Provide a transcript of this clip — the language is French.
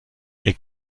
est